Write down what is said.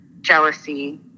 jealousy